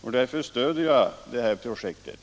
och därför stöder jag det här projektet.